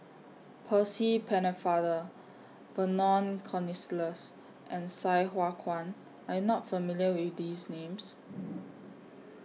Percy Pennefather Vernon Cornelius and Sai Hua Kuan Are YOU not familiar with These Names